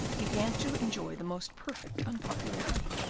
began to enjoy the most perfect unpopularity.